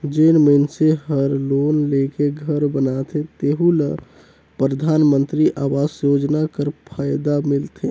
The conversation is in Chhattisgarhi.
जेन मइनसे हर लोन लेके घर बनाथे तेहु ल परधानमंतरी आवास योजना कर फएदा मिलथे